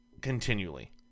continually